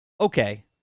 okay